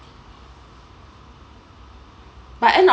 but end of